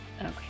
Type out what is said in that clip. Okay